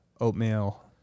oatmeal